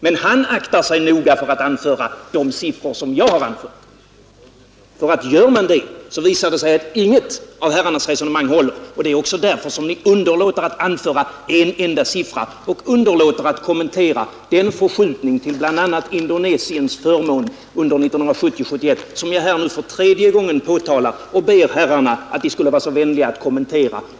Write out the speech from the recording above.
Men han aktar sig noga för att anföra de siffror som jag har anfört, Gör man det visar det sig nämligen att inget av herrarnas resonemang håller. Det är också därför som ni underlåter att anföra en enda siffra och underlåter att kommentera den förskjutning under 1970/71 till bl.a. Indonesiens förmån, som jag härmed för tredje gången påtalar och ber herrarna vara vänliga att kommentera.